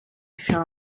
shall